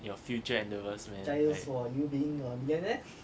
your future endeavours man right